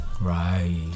Right